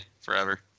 forever